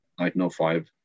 1905